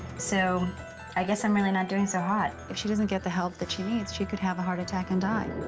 so i guess i'm really not doing so hot. if she doesn't get the help that she needs, she could have a heart attack and die.